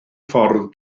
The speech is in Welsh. ffordd